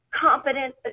competent